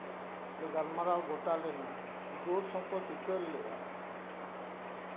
ᱞᱮ ᱜᱟᱞᱢᱟᱨᱟᱣ ᱜᱚᱴᱟ ᱞᱮᱱᱟ ᱫᱳᱥ ᱦᱚᱸᱠᱚ ᱥᱤᱠᱟᱹᱨ ᱞᱮᱱᱟ